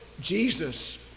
Jesus